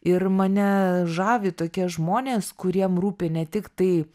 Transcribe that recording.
ir mane žavi tokie žmonės kuriem rūpi ne tik tai